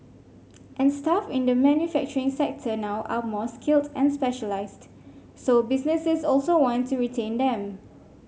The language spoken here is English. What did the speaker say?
and staff in the manufacturing sector now are more skilled and specialised so businesses also want to retain them